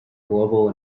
global